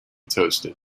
toasted